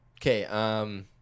Okay